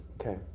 Okay